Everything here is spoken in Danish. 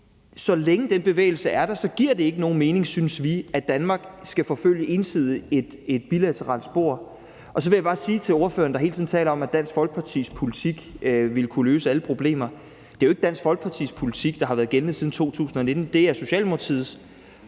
så længe den bevægelse er der, giver det ikke nogen mening, synes vi, at Danmark ensidigt skal forfølge et bilateralt spor. Så vil jeg bare sige til ordføreren, der hele tiden taler om, at Dansk Folkepartis politik ville kunne løse alle problemer, at det jo ikke er Dansk Folkepartis politik, der har været gældende siden 2019; det er Socialdemokratiets.